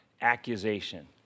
accusation